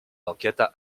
d’enquête